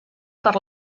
per